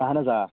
اہن حظ آ